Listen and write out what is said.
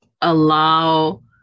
allow